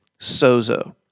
Sozo